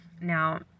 Now